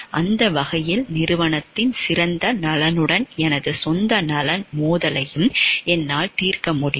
அந்த வகையில் நிறுவனத்தின் சிறந்த நலனுடன் எனது சொந்த நலன் மோதலையும் என்னால் தீர்க்க முடியும்